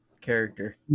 character